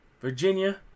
Virginia